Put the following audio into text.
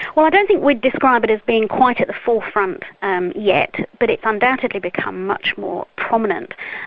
well i don't think we'd describe it as being quite at the forefront um yet, but it's undoubtedly become much more prominent.